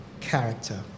character